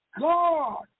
God